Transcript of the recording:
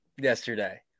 yesterday